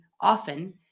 often